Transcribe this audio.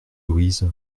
louise